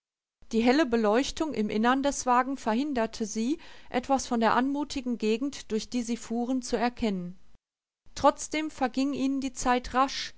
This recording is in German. die helle beleuchtung im innern des wagens verhinderte sie etwas von der anmutigen gegend durch die sie fuhren zu erkennen trotzdem verging ihnen die zeit rasch